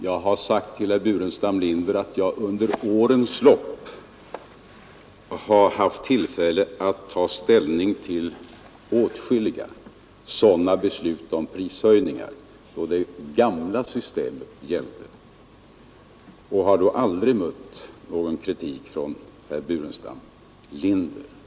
Jag har redan sagt till herr Burenstam Linder att jag under årens lopp har haft tillfälle att ta ställning till åtskilliga sådana beslut om prishöjningar, när det gamla systemet gällde, och att jag då aldrig mött någon kritik från herr Burenstam Linder.